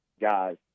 guys